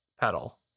pedal